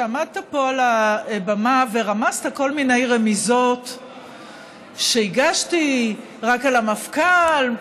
כשעמדת פה על הבמה ורמזת כל מיני רמיזות שהגשתי רק על המפכ"ל,